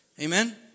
Amen